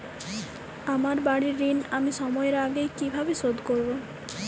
আমার বাড়ীর ঋণ আমি সময়ের আগেই কিভাবে শোধ করবো?